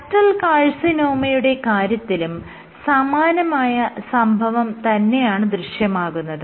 ductal കാർസിനോമയുടെ കാര്യത്തിലും സമാനമായ സംഭവം തന്നെയാണ് ദൃശ്യമാകുന്നത്